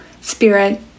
spirit